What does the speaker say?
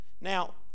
Now